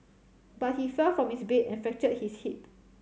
but he fell from his bed and fractured his hip